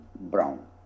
brown